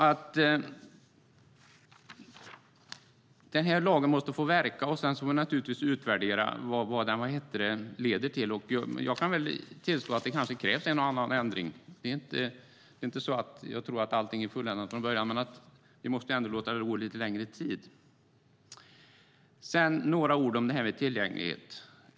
Den här lagen måste få verka. Sedan får vi naturligtvis utvärdera vad det leder till. Jag kan tillstå att det kanske krävs en och annan ändring. Det är inte så att jag tror att allting är fulländat från början. Men vi måste ändå låta det gå lite längre tid. Sedan några ord om det här med tillgänglighet.